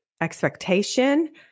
expectation